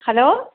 hello